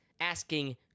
asking